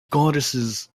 goddesses